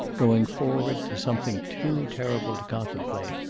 going forward to something too terrible to contemplate.